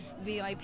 VIP